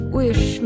wish